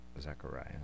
Zechariah